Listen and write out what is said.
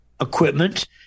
equipment